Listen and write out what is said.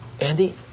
Andy